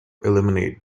eliminate